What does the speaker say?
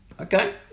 Okay